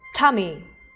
tummy